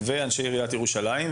ואנשי עיריית ירושלים.